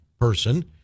person